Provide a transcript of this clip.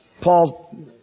Paul